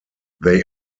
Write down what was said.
they